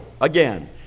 Again